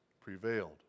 prevailed